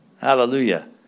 Hallelujah